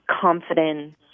confidence